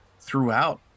throughout